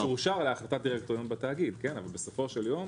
או שאושר להחלטת דירקטוריון בתאגיד אבל בסופו של יום,